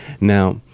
now